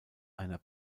einer